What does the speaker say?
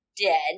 dead